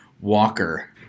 Walker